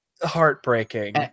heartbreaking